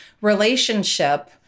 relationship